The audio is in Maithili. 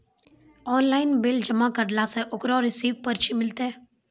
ऑनलाइन बिल जमा करला से ओकरौ रिसीव पर्ची मिलतै?